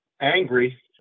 angry